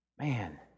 Man